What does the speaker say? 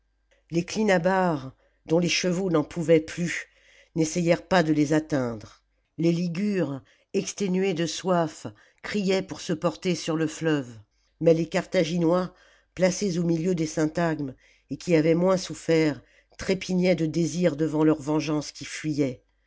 les clinabares dont les chevaux n'en pouvaient plus n'essayèrent pas de les atteindre les ligures exténués de soif criaient pour se porter sur le fleuve mais les carthaginois placés au milieu des syntagmes et qui avaient moins souffert trépignaient de désir devant leur vengeance qui fuyait